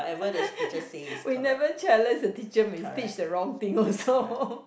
we never challenge the teacher we teach the wrong thing also